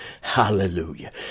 Hallelujah